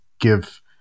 give